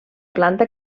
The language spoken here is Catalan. planta